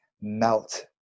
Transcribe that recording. melt